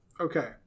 Okay